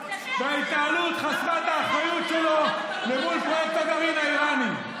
וההתנהלות חסרת האחריות שלו אל מול פרויקט הגרעין האיראני,